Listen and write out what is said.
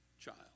child